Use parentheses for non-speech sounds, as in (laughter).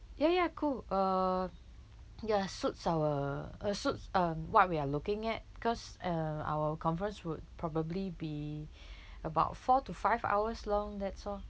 ya ya cool err ya suits our uh suits um what we are looking at cause uh our conference would probably be (breath) about four to five hours long that's all